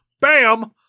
Bam